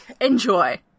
Enjoy